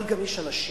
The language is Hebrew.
אבל יש גם אנשים,